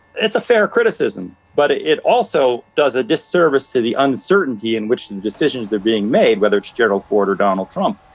it's a fair criticism, but it it also does a disservice to the uncertainty in which decisions are being made, whether it's gerald ford or donald trump.